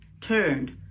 turned